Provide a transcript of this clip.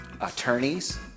attorneys